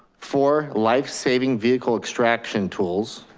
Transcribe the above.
four life saving vehicle extraction tools,